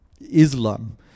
islam